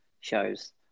shows